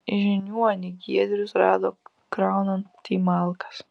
žiniuonį giedrius rado kraunantį malkas